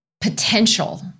potential